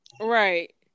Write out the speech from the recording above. Right